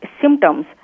symptoms